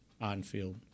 on-field